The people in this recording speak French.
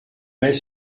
met